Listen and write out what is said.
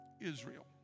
Israel